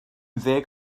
ddeg